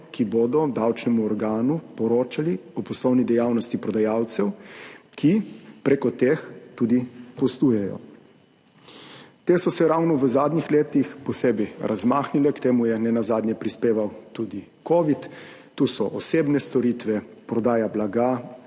ki bodo davčnemu organu poročali o poslovni dejavnosti prodajalcev, ki prek teh tudi poslujejo. Te so se ravno v zadnjih letih posebej razmahnile, k temu je nenazadnje prispeval tudi covid, tu so osebne storitve, prodaja blaga